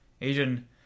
Asian